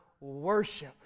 worship